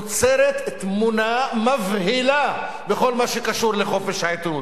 נוצרת תמונה מבהילה בכל מה שקשור לחופש העיתונות,